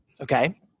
okay